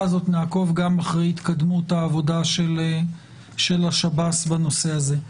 הזאת גם אחרי התקדמות העבודה של השב"ס בנושא הזה.